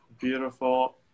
beautiful